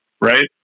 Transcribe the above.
right